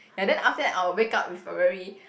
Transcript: ya then after that I'll wake up with a very